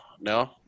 no